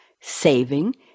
saving